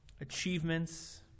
achievements